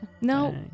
No